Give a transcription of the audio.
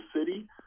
city